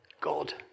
God